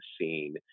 scene